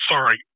Sorry